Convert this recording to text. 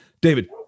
david